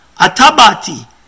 atabati